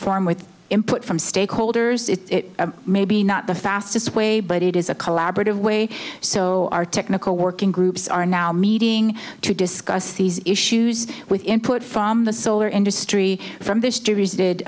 formed with input from stakeholders it's maybe not the fastest way but it is a collaborative way so our technical working groups are now meeting to discuss these issues with input from the solar industry from